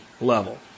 level